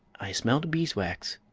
i smelled bees-wax,